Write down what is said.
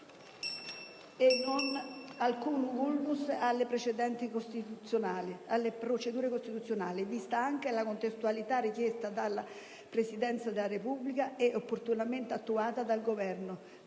alcun *vulnus* alle procedure costituzionali, vista anche la contestualità, richiesta dalla Presidenza della Repubblica e opportunamente attuata dal Governo,